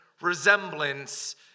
resemblance